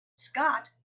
scott